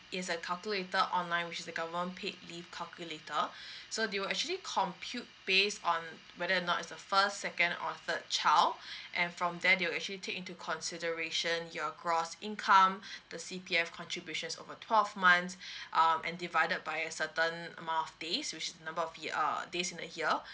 it's a calculator online which is the government paid leave calculator so they will actually compute based on whether or not it's the first second or third child and from there they will actually take into consideration your gross income the C_P_F contributions over twelve months um and divided by a certain amount of days which is number of the err days in a year